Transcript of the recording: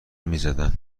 میزدن